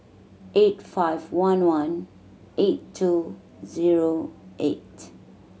eight five one one eight two zero eight